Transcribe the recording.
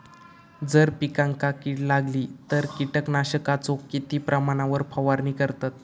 जर पिकांका कीड लागली तर कीटकनाशकाचो किती प्रमाणावर फवारणी करतत?